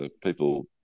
people